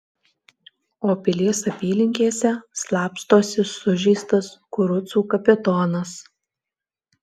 o pilies apylinkėse slapstosi sužeistas kurucų kapitonas